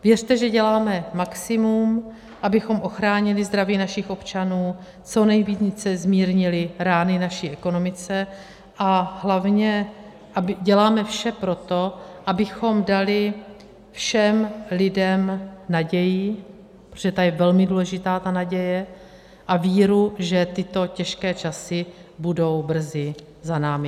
Věřte, že děláme maximum, abychom ochránili zdraví našich občanů, co nejvíce zmírnili rány naší ekonomice, a hlavně děláme vše pro to, abychom dali všem lidem naději, protože ta je velmi důležitá, ta naděje, a víru, že tyto těžké časy budou brzy za námi.